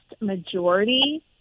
majority